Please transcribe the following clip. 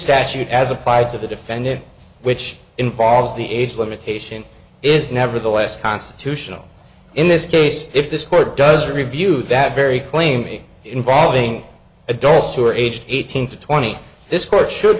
statute as applied to the defendant which involves the age limitation is nevertheless constitutional in this case if this court does review that very claiming involving adults who are aged eighteen to twenty this court should